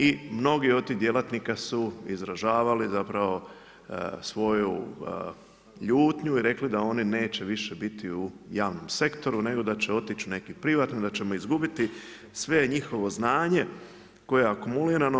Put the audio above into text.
I mnogi od tih djelatnika su izražavali zapravo svoju ljutnju i rekli da oni više neće biti u javnom sektoru, nego da će otići u neki privatni, da ćemo izgubiti sve njihovo znanje koje je akumulirano.